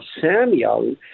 samuel